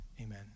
Amen